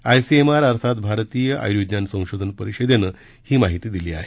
ICMR अर्थात भारतीय आयुर्विज्ञान संशोधन परिषदेनं ही माहिती दिली आहे